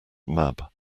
mab